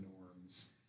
norms